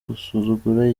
gusuzugura